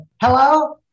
Hello